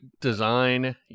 design